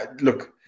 Look